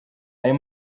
ayo